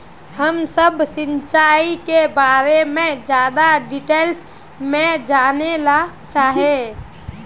हम सब सिंचाई के बारे में ज्यादा डिटेल्स में जाने ला चाहे?